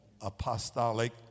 apostolic